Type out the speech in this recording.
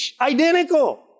Identical